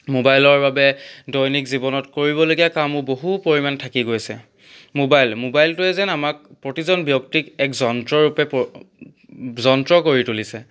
মোবাইলৰ বাবে দৈনিক জীৱনত কৰিবলগীয়া কামো বহু পৰিমাণ থাকি গৈছে মোবাইল মোবাইলটোৱে যেন আমাক প্ৰতিজন ব্যক্তিক এক যন্ত্ৰৰূপে প যন্ত্ৰ কৰি তুলিছে